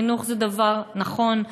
חינוך זה דבר נכון,